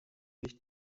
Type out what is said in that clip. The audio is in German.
nicht